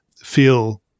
feel